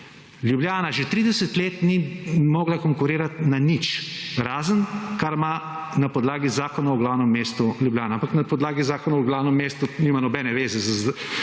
Ljubljana že 30 let ni mogla konkurirati na nič, razen kar ima na podlagi Zakona o glavnem mestu Ljubljana, ampak na podlagi Zakona o glavnem mestu nima nobene veze